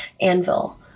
anvil